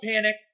panic